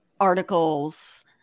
articles